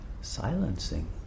silencing